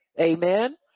Amen